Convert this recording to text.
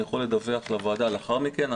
אני יכול לדווח לוועדה לאחר מכן.